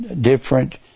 different